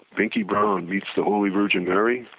pinky brown meets the holy virgin mary,